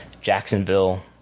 Jacksonville